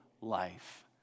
life